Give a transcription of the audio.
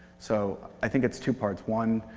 so i think it's two parts, one,